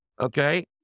okay